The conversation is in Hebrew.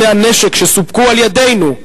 כלי הנשק שסופקו על-ידינו,